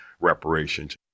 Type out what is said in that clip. reparations